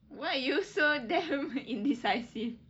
why are you so damn indecisive